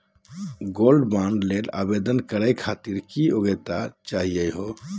Gold bond ल आवेदन करे खातीर की योग्यता चाहियो हो?